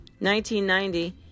1990